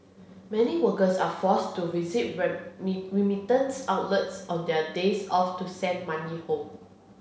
many workers are forced to visit remittance outlets on their days off to send money home